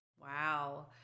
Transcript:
Wow